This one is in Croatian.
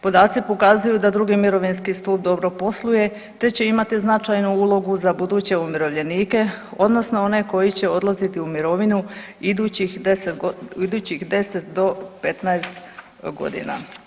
Podaci pokazuju da II. mirovinski stup dobro posluje će se imati značajnu ulogu za buduće umirovljenike, odnosno one koji će odlaziti u mirovinu u idućih 10 do 15 godina.